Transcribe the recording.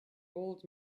old